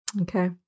Okay